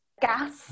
Gas